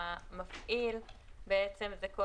זה בדיוק